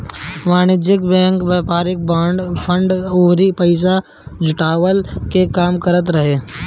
वाणिज्यिक बैंक व्यापारिक बांड, फंड अउरी पईसा जुटवला के काम करत बाटे